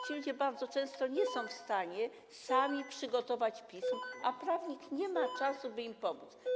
Ci ludzie bardzo często nie są w stanie sami przygotować pism, a prawnik nie ma czasu, by im pomóc.